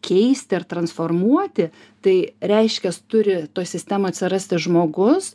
keisti ar transformuoti tai reiškias turi toj sistemoj atsirasti žmogus